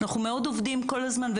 אנחנו מאוד עובדים כל הזמן,